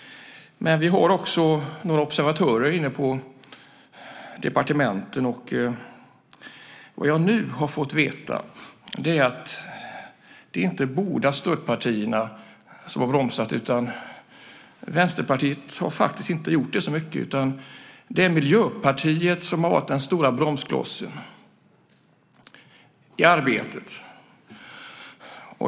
Men vi har också några observatörer inne på departementen. Vad jag nu har fått veta är att det inte är båda stödpartierna som har bromsat. Vänsterpartiet har inte gjort det så mycket utan det är Miljöpartiet som har varit den stora bromsklossen i arbetet.